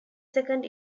second